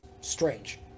strange